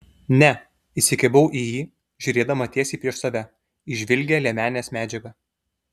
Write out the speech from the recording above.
ne įsikibau į jį žiūrėdama tiesiai prieš save į žvilgią liemenės medžiagą